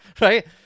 Right